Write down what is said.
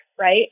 right